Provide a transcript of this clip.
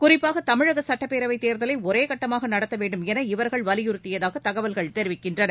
குறிப்பாக தமிழக சுட்டப்பேரவைத் தேர்தலை ஒரே கட்டமாக நடத்த வேண்டும் என இவர்கள் வலியுறத்தியதாக தகவல்கள் தெரிவிக்கின்றன